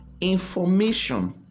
information